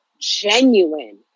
genuine